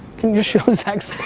can you just show zak's